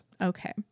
okay